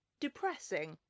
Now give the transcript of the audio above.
depressing